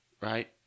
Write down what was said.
Right